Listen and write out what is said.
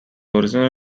origin